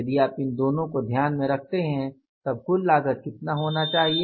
यदि आप इन दोनों को ध्यान में रखते हैं तब कुल लागत कितना होना चाहिए